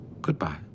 goodbye